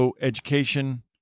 Education